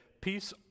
peace